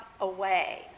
away